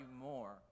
more